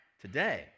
today